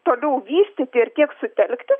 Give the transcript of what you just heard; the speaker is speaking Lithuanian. toliau vystyti ir kiek sutelkti